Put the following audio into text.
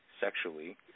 Sexually